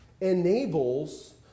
enables